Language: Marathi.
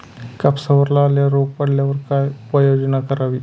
कापसावर लाल्या रोग पडल्यावर काय उपाययोजना करावी?